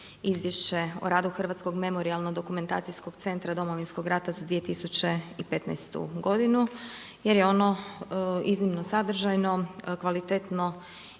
izvješće o radu Hrvatskog memorijalno-dokumentacijskog centra Domovinskog rata za 2015. godinu jer je ono iznimno sadržajno, kvalitetno